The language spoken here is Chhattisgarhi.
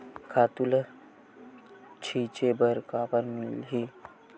खातु ल छिंचे बर काबर मिलही?